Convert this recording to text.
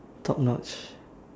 top notch